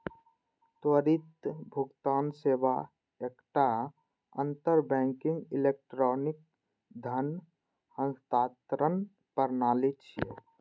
त्वरित भुगतान सेवा एकटा अंतर बैंकिंग इलेक्ट्रॉनिक धन हस्तांतरण प्रणाली छियै